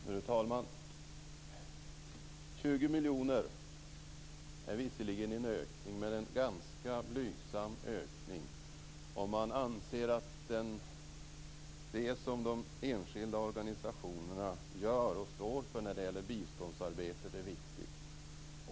Fru talman! 20 miljoner är visserligen en ökning, men en ganska blygsam ökning för den som anser att det som de enskilda organisationerna står för i biståndsarbetet är viktigt.